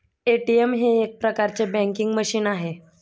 ATM हे एक प्रकारचे बँकिंग मशीन आहे